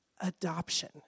adoption